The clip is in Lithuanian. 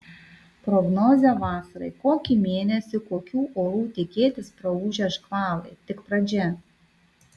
prognozė vasarai kokį mėnesį kokių orų tikėtis praūžę škvalai tik pradžia